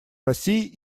россией